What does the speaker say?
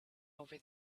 over